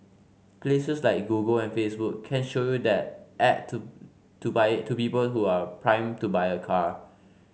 places like Google and Facebook can show you that ad to to by to people who are primed to buy a car